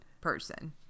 person